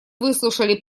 выслушали